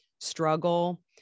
struggle